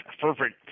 fervent